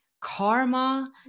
karma